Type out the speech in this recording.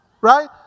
Right